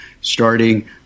starting